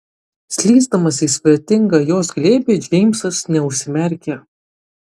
slysdamas į svetingą jos glėbį džeimsas neužsimerkė